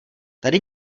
tady